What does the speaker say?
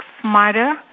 smarter